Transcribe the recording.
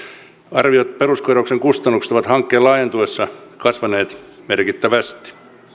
arviot peruskorjauksen kustannuksista ovat hankkeen laajentuessa kasvaneet merkittävästi